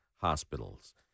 hospitals